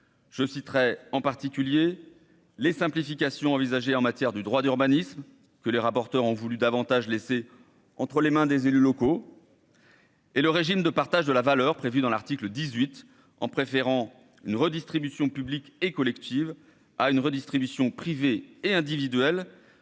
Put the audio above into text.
je citerai en particulier les simplifications envisagées en matière du droit d'urbanisme que les rapporteurs ont voulu davantage laisser entre les mains des élus locaux. Et le régime de partage de la valeur prévue dans l'article dix-huit ans préférant une redistribution publique et collective à une redistribution privés et individuels